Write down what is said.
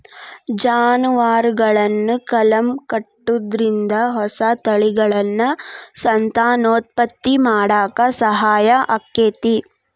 ಜಾನುವಾರುಗಳನ್ನ ಕಲಂ ಕಟ್ಟುದ್ರಿಂದ ಹೊಸ ತಳಿಗಳನ್ನ ಸಂತಾನೋತ್ಪತ್ತಿ ಮಾಡಾಕ ಸಹಾಯ ಆಕ್ಕೆತಿ